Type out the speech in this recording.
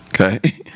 Okay